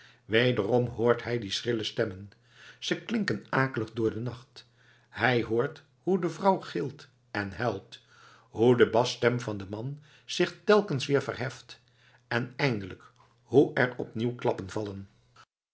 wederom hoort hij die schrille stemmen ze klinken akelig door den nacht hij hoort hoe de vrouw gilt en huilt hoe de basstem van den man zich telkens weer verheft en eindelijk hoe er opnieuw klappen vallen